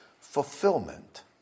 fulfillment